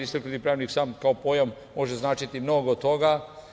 Istaknuti pravnik sam kao pojam može značiti mnogo toga.